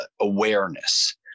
awareness